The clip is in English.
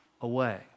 away